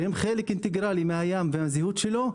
שהם חלק אינטגרלי מן הים ומן הזהות שלו,